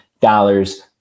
dollars